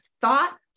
thought